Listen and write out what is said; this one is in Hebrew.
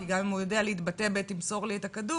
כי גם אם הוא יודע להתבטא בתמסור לי את הכדור,